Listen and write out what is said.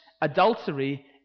adultery